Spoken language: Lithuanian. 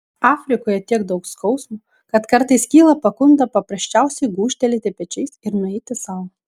afrikoje tiek daug skausmo kad kartais kyla pagunda paprasčiausiai gūžtelėti pečiais ir nueiti sau